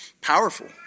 powerful